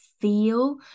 feel